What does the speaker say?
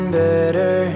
better